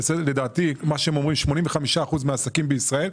לדעתי מה שהם אומרים 85 אחוזים מהעסקים בישראל,